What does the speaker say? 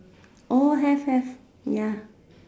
oh have have ya